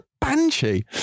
Banshee